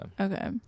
Okay